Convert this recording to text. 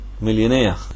millionaire